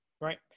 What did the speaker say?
right